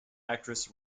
actress